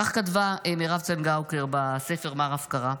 כך כתבה מירב צנגאוקר בספר "מר הפקרה",